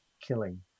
killing